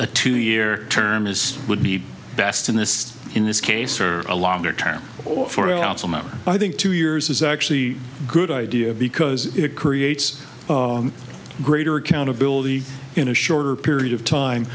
a two year term is would be best in this in this case or a longer term or far out so much i think two years is actually a good idea because it creates greater accountability in a shorter period of time